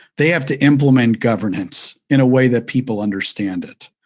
they have to implement governance in a way that people understand it.